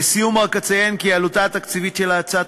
לסיום רק אציין כי עלותה התקציבית של הצעת